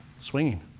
swinging